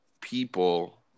people